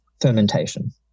fermentation